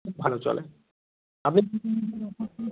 খুব ভালো চলে আপনি